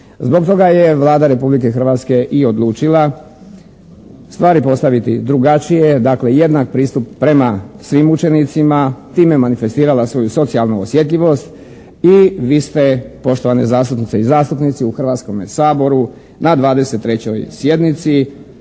Zbog toga je Vlada Republike Hrvatske i odlučila stvari postaviti drugačije. Dakle, jednak pristup prema svim učenicima, time manifestirala svoju socijalnu osjetljivost i vi ste poštovane zastupnice i zastupnici u Hrvatskome saboru na 23. sjednici